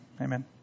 amen